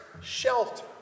shelter